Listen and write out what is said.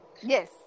yes